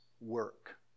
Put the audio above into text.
work